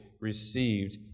received